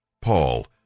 Paul